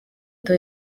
moto